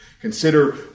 Consider